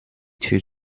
too